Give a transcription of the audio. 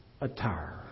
attire